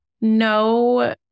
no